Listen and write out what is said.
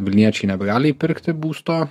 vilniečiai nebegali įpirkti būsto